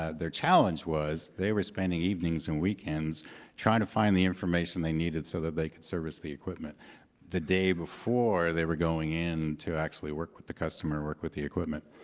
ah their challenge was they were spending evenings and weekends trying to find the information they needed, so that they could service the equipment the day before they were going in to actually work with the customer, work with the equipment.